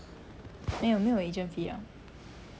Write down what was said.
没有没有 agent fee 了